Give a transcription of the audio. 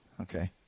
Okay